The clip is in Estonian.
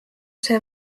see